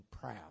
proud